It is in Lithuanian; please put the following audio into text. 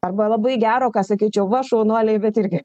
arba labai gero ką sakyčiau va šaunuoliai bet irgi